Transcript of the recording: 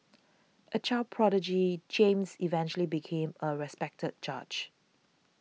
a child prodigy James eventually became a respected judge